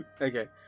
Okay